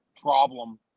problem